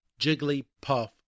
Jigglypuff